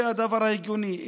זה הדבר ההגיוני,